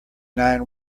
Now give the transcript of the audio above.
nine